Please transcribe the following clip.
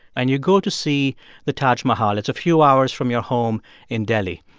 and you go to see the taj mahal. it's a few hours from your home in delhi.